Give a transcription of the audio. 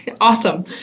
Awesome